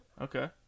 Okay